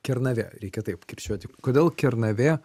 kernavė reikia taip kirčiuoti kodėl kernavė